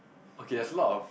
okay as lot of